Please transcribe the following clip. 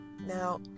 Now